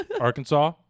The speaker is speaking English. Arkansas